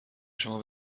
شما